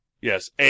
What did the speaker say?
Yes